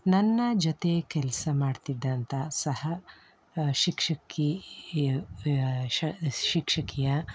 ನನ್ನ ಜೊತೆ ಕೆಲಸ ಮಾಡ್ತಿದ್ದಂಥ ಸಹ ಶಿಕ್ಷಕಿಯ ಶಿಕ್ಷಕಿಯ